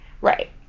Right